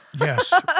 Yes